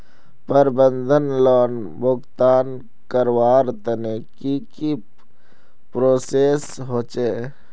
प्रबंधन लोन भुगतान करवार तने की की प्रोसेस होचे?